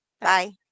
Bye